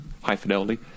high-fidelity